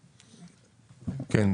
כן,